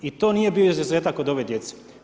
I to nije bio izuzetak od ove djece.